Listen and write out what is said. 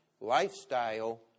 lifestyle